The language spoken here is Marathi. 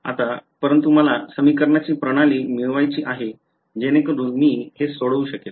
आता परंतु मला समीकरणाची प्रणाली मिळवायची आहे जेणेकरुन मी हे सोडवू शकेन